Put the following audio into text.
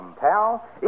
pal